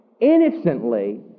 innocently